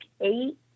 eight